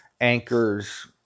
anchor's